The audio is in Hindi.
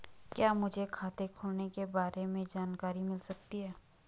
क्या मुझे खाते खोलने के बारे में जानकारी मिल सकती है?